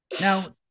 now